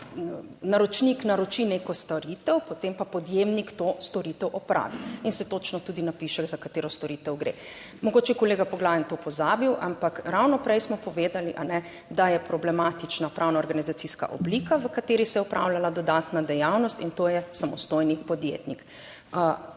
naročnik naroči neko storitev, potem pa podjemnik to storitev opravi in se točno tudi napiše za katero storitev gre. Mogoče je kolega Poglajen to pozabil, ampak ravno prej smo povedali, da je problematična pravna organizacijska oblika v kateri se je opravljala dodatna dejavnost. In to je samostojni podjetnik.